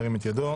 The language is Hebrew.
ירים את ידו.